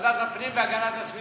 --- ועדת הפנים והגנת הסביבה.